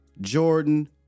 Jordan